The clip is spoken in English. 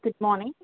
good morning